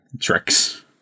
tricks